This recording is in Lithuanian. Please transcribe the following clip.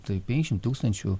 tai penkiasdešim tūkstančių